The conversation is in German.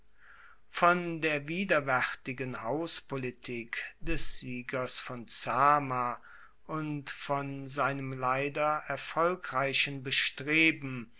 von der widerwaertigen hauspolitik des siegers von zama und von seinem leider erfolgreichen bestreben